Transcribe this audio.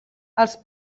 els